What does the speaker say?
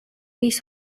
his